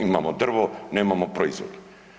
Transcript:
Imamo drvo nemamo proizvod.